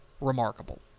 remarkable